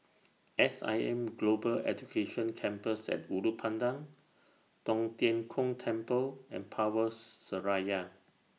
S I M Global Education Campus At Ulu Pandan Tong Tien Kung Temple and Power Seraya